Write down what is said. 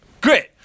great